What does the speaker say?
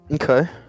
okay